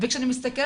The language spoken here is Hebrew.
והצגתי